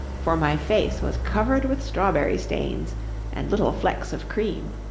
for my face was covered with strawberry stains and little flecks of cream.